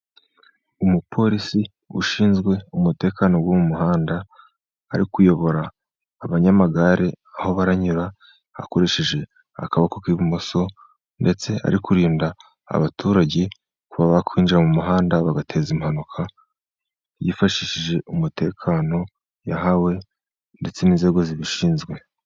Umupolisi ushinzwe umutekano wo mu muhanda ari kuyobora abanyamagare aho baranyura hakoresheje akaboko k'ibumoso, ndetse ari kurinda abaturage ko bakwinjira mu muhanda bagateza impanuka yifashishije umutekano yahawe ndetse n'inzego zibishinzwe.